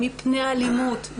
מפני אלימות,